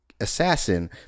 assassin